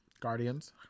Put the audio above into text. guardians